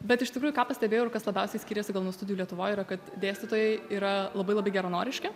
bet iš tikrųjų ką pastebėjau ir kas labiausiai skyrėsi nuo studijų lietuvoj yra kad dėstytojai yra labai labai geranoriški